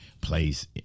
place